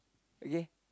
okay